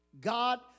God